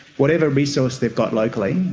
whatever resource they've got locally.